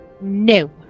no